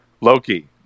loki